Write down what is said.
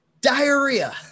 Diarrhea